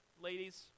ladies